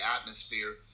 atmosphere